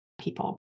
people